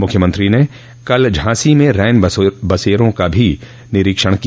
मुख्यमंत्री ने कल झांसी में रैन बसेरों का भी निरीक्षण किया